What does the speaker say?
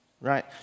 right